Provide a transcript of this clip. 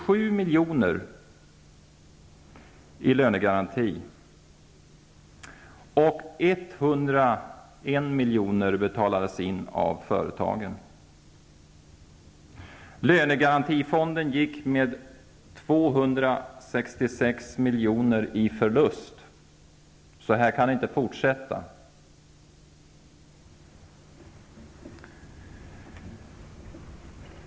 milj.kr. i förlust. Så här kan det inte få fortsätta.